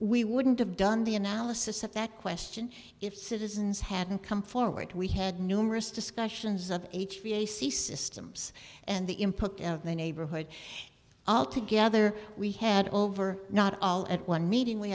we wouldn't have done the analysis of that question if citizens hadn't come forward we had numerous discussions of h p a sea systems and the impact of the neighborhood all together we had over not all at one meeting we